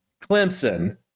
Clemson